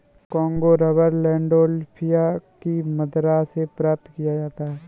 Congo rubber Landolphia की मदिरा से प्राप्त किया जाता है